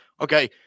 okay